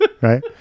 right